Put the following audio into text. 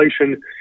inflation